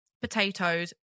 potatoes